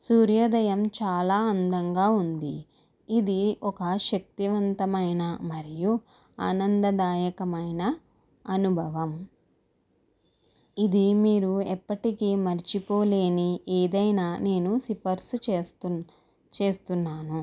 సూర్యోదయం చాలా అందంగా ఉంది ఇది ఒక శక్తివంతమైన మరియు ఆనందదాయకమైన అనుభవం ఇది మీరు ఎప్పటికీ మర్చిపోలేని ఏదైనా నేను సిఫార్సు చేస్తున్నా చేస్తున్నాను